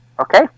okay